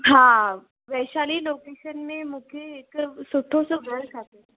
हा वैशाली लोकेशन में मूंखे हिकु सुठो सो घरु खपे